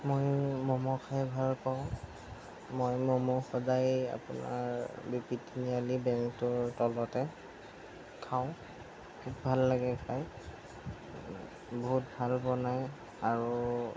মই মম' খাই ভাল পাওঁ মই মম' সদায়ে আপোনাৰ বি পি তিনিআলি বেংকটোৰ তলতে খাওঁ খুব ভাল লাগে খায় বহুত ভাল বনায় আৰু